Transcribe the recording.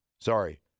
Sorry